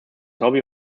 hobby